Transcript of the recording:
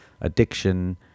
addiction